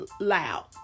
loud